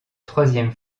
troisième